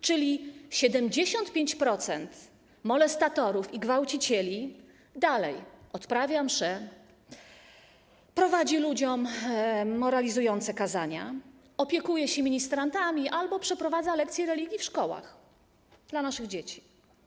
Czyli 75% molestatorów i gwałcicieli dalej odprawia msze, głosi ludziom moralizujące kazania, opiekuje się ministrantami albo przeprowadza lekcje religii w szkołach, dla naszych dzieci.